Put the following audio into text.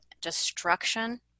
destruction